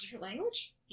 language